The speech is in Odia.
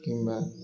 କିମ୍ବା